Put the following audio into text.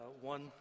one